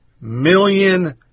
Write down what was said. million